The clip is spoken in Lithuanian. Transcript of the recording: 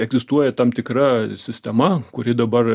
egzistuoja tam tikra sistema kuri dabar